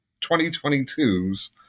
2022's